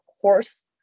horse